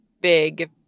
big